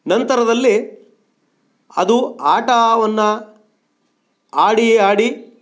ನಂತರದಲ್ಲಿ ಅದು ಆಟವನ್ನ ಆಡಿ ಆಡಿ